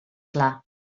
clar